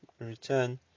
return